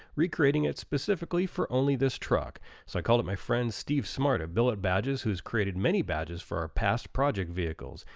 recreating it specifically for only this truck. so i called up my friend steve smart at billet badges who's created many badges for our past project vehicles.